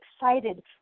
excited